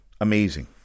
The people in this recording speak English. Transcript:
Amazing